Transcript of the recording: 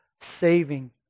saving